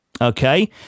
Okay